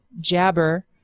Jabber